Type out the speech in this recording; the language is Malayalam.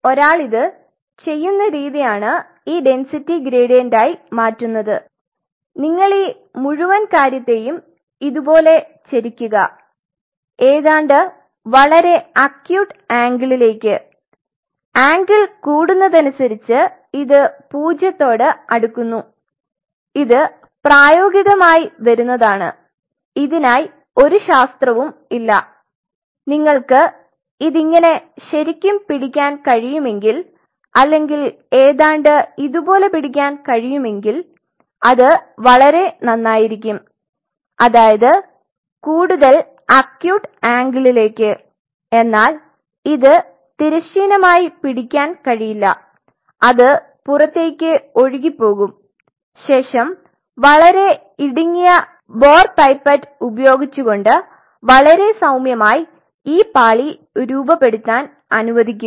ഒരാൾ ഇത് ചെയുന്ന രീതിയാണ് ഈ ഡെന്സിറ്റി ഗ്രേഡിയന്റായി മാറ്റുന്നത് നിങ്ങൾ ഈ മുഴുവൻ കാര്യത്തെയും ഇതുപോലെ ചെരിക്കുക ഏതാണ്ട് വളരെ അക്യൂട്ട് ആംഗിളിലേക് ആഗിൾ കൂടുന്നതനുസരിച് ഇത് പൂജ്യത്തോട് അടുക്കുന്നു ഇത് പ്രായോഗികമായി വരുന്നതാണ് ഇതിനായി ഒരു ശാസ്ത്രവും ഇല്ല നിങ്ങൾക്ക് ഇത് ഇങ്ങനെ ശരിക്കും പിടിക്കാൻ കഴിയുമെങ്കിൽ അല്ലെങ്കിൽ ഏതാണ്ട് ഇതുപോലെ പിടിക്കാൻ കഴിയുമെങ്കിൽ അത് വളരെ നന്നായിരിക്കും അതായത് കൂടുതൽ അക്യൂട്ട് ആംഗിളിലേക് എന്നാൽ ഇത് തിരശ്ചീനമായി പിടിക്കാൻ കഴിയില്ല അത് പുറത്തേക്ക് ഒഴുകി പോകും ശേഷം വളരെ ഇടുങ്ങിയ ബോര് പൈപ്പറ്റ് ഉപയോഗിച്ചുകൊണ്ടു വളരെ സൌമ്യമായി ഈ പാളി രൂപപ്പെടുത്താൻ അനുവദിക്കുക